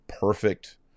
perfect